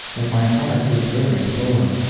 and my heart was very sore.